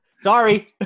Sorry